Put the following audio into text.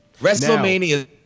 WrestleMania